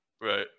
Right